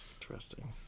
Interesting